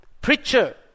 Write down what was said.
preacher